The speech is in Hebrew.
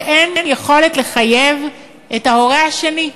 ואין יכולת לחייב את ההורה השני.